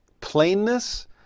Plainness